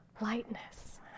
Lightness